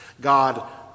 God